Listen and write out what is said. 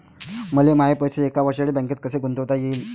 मले माये पैसे एक वर्षासाठी बँकेत कसे गुंतवता येईन?